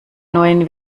neuen